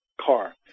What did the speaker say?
car